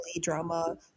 drama